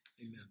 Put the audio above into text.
Amen